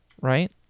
right